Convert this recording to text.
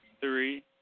three